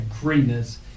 greenness